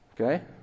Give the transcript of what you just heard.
Okay